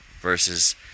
versus